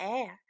Air